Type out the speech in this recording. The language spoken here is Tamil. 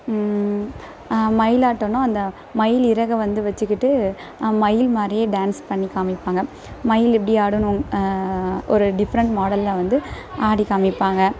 மயிலாட்டோன்னால் அந்த மயிலிறகை வந்து வச்சுக்கிட்டு மயில் மாதிரியே டான்ஸ் பண்ணி காமிப்பாங்க மயில் இப்படி ஆடணும் ஒரு டிஃப்ரெண்ட் மாடலில் வந்து ஆடி காமிப்பாங்க